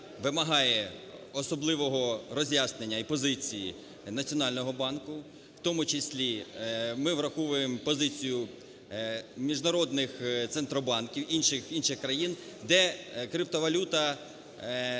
вимагає особливого роз'яснення і позиції Національного банку, в тому числі ми враховуємо позицію міжнародних центробанків інших країн, де криптовалюта не